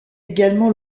également